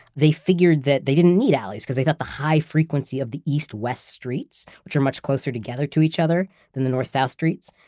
they figured that they didn't need alleys, because they thought the high frequency of the east-west streets, which are much closer together to each other than north-south streets,